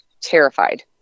Terrified